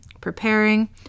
preparing